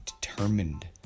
determined